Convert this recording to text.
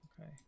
Okay